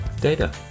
Data